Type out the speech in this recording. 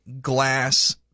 glass